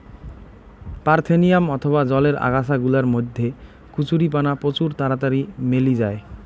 parthenium অথবা জলের আগাছা গুলার মধ্যে কচুরিপানা প্রচুর তাড়াতাড়ি মেলি জায়